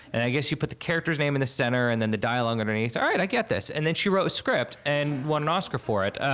and i guess you put the characters name in the center and then the dialogue underneath. ah right. i get this. and then she wrote a script and won an oscar for it.